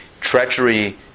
treachery